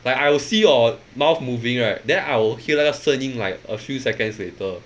like I will see your mouth moving right then I will hear 那个声音 like a few seconds later